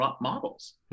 models